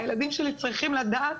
והילדים שלי צריכים לדעת